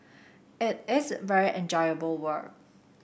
it is very enjoyable work